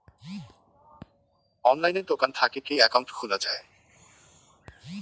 অনলাইনে দোকান থাকি কি একাউন্ট খুলা যায়?